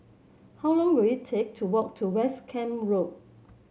how long will it take to walk to West Camp Road